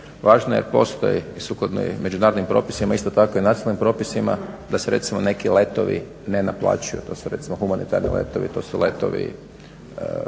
važno je postoji i sukladno je međunarodnim propisima, isto tako i nacionalnim propisima da se recimo neki letovi ne naplaćuju. To su recimo humanitarni letovi, to su letovi